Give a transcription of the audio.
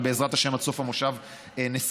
ובעזרת השם עד סוף המושב נסיים.